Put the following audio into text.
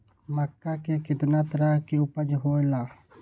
मक्का के कितना तरह के उपज हो ला?